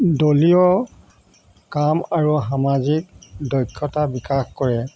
দলীয় কাম আৰু সামাজিক দক্ষতা বিকাশ কৰে